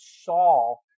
Saul